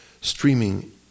streaming